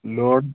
load